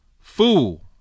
Fool